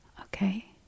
Okay